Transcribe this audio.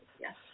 yes